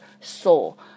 soul